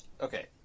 Okay